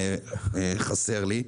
זה חסר לי.